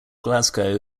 glasgow